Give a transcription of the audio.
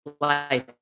life